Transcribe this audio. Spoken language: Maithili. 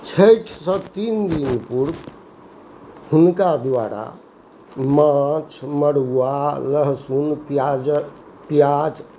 छठिसँ तीन दिन पूर्व हुनका द्वारा माछ मरुआ लहसुन पिआज पिआज